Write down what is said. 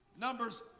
Numbers